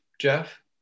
jeff